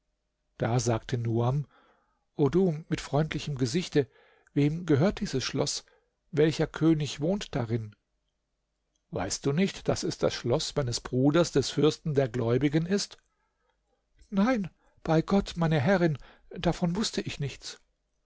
da sagte nuam o du mit freundlichem gesichte wem gehört dieses schloß welcher könig wohnt darin weißt du nicht daß es das schloß meines bruders des fürsten der gläubigen ist nein bei gott meine herrin davon wußte ich nichts